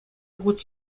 хут